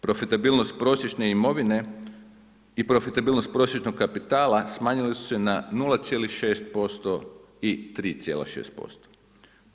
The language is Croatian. Profitabilnost prosječne imovine i profitabilnost prosječnog kapitala smanjili su se na 0,6% i 3,6%